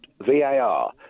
var